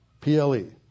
P-L-E